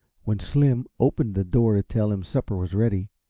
when slim opened the door to tell him supper was ready,